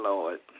Lord